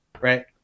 right